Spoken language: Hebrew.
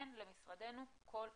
אין למשרדנו כל התנגדות."